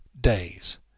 days